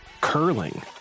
curling